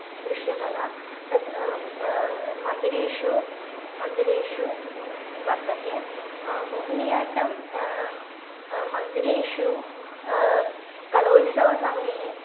दृश्यकला तत् मन्दिरेषु मन्दिरेषु वर्तते मोहिनी आट्टं मन्दिरेषु कलोत्सवसमये